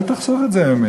אל תחסוך את זה ממני.